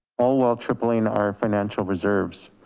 all while tripling our financial reserves.